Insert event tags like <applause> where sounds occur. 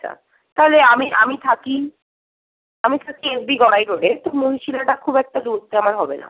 আচ্ছা তাহলে আমি আমি থাকি আমি থাকি এসবি গড়াই রোডে <unintelligible> খুব একটা দূরত্বে আমার হবে না